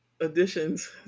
additions